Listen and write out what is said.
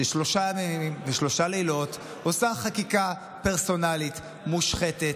ששלושה ימים ושלושה לילות עושה חקיקה פרסונלית מושחתת,